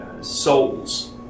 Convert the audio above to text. souls